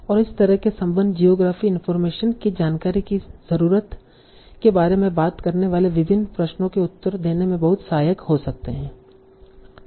और इस तरह के संबंध जियोग्राफी इनफार्मेशन की जानकारी की जरूरत के बारे में बात करने वाले विभिन्न प्रश्नों के उत्तर देने में बहुत सहायक हो सकते हैं